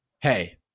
hey